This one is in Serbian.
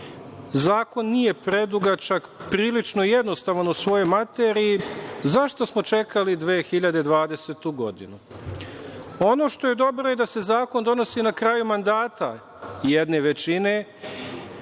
zakon nije predugačak, prilično jednostavan u svojoj materiji, zašto smo čekali 2020. godinu? Ono što je dobro je da se zakon donosi na kraju mandata jedne većine,